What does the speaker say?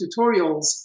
tutorials